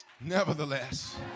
Nevertheless